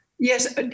Yes